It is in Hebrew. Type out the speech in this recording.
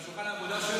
זה על שולחן העבודה שלי.